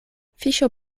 fiŝo